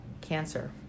cancer